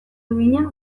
duina